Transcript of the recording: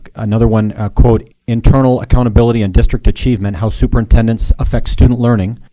ah another one, quote, internal accountability and district achievement how superintendents affect student learning,